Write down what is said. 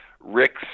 Rick's